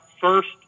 First